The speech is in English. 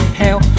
hell